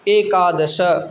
एकादश